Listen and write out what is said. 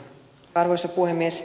arvoisa puhemies